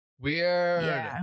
Weird